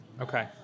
Okay